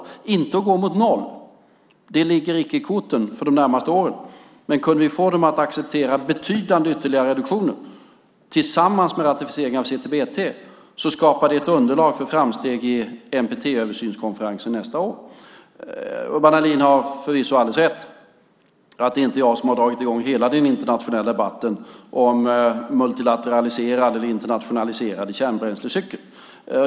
Det handlar inte om att gå mot noll - det ligger inte i korten för de närmaste åren - men om vi kunde få dem att acceptera betydande ytterligare reduktioner tillsammans med ratificering av CTBT skulle det skapa ett underlag för framsteg i NPT-översynskonferensen nästa år. Urban Ahlin har förvisso helt rätt i att det inte är jag som har dragit i gång hela den internationella debatten om multilateraliserad eller internationaliserad kärnbränslecykel.